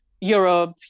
Europe